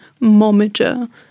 momager